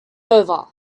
over